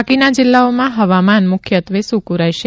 બાકીના જિલ્લાઓમાં હવામાન મુખ્યત્વે સૂકું રહેશે